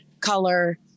color